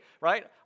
right